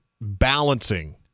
balancing